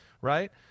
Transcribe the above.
right